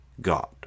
God